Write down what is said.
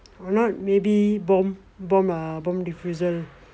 or not maybe bomb bomb bomb diffuser